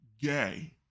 gay